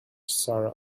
sarah